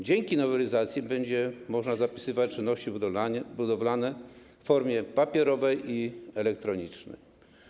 Dzięki nowelizacji będzie można zapisywać czynności budowlane w formie papierowej i elektronicznej.